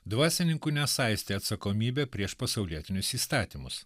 dvasininkų nesaistė atsakomybė prieš pasaulietinius įstatymus